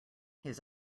his